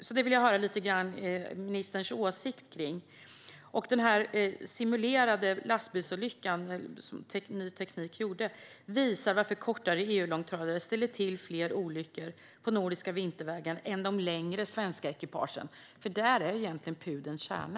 Jag vill höra ministerns åsikt om detta. Den simulerade lastbilsolyckan som nyteknik.se har gjort visar varför kortare EU-långtradare ställer till fler olyckor på nordiska vintervägar än de längre svenska ekipagen. Där är egentligen pudelns kärna.